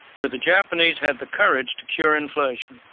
where the japanese have the courage to cure inflation